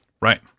right